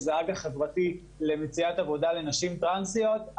שזה אג"ח חברתי למציאת עבודה לנשים טרנסיות.